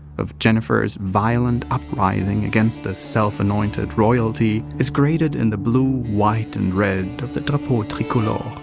of jennifer's violent uprising against the self-anointed royalty is graded in the blue, white and red of the drapeau tricolore.